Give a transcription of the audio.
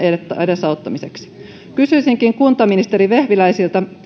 edesauttamiseksi kysyisinkin kuntaministeri vehviläiseltä